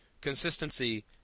consistency